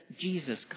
Jesus